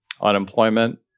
unemployment